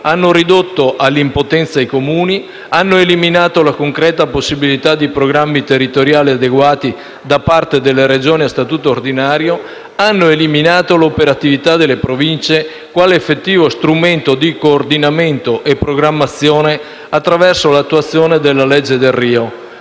hanno ridotto all'impotenza i Comuni, hanno eliminato la concreta possibilità di programmi territoriali adeguati da parte delle Regioni a statuto ordinario, hanno eliminato l'operatività delle Province quale effettivo strumento di coordinamento e programmazione attraverso l'attuazione della legge Delrio,